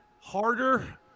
harder